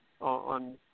on